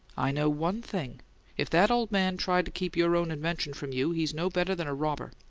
i know one thing if that old man tried to keep your own invention from you he's no better than a robber!